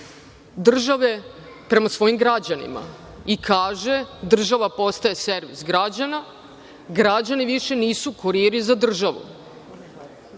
države prema svojim građanima i kaže – država postaje servis građana, građani više nisu kuriri za državu.